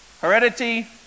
heredity